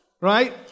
Right